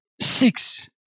six